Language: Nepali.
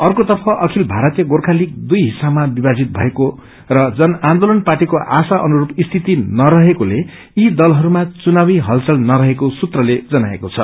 अर्कोतर्फ अखिल ीारतीय गोर्खालीग दुई हिस्सामा विभाजित भएको र जन आन्दोलन पार्टीको आशा अनुसर स्थिति नरहेकोले यी दलहरूमा चुनावी इलचल नरहेको सुत्रले जनाको छ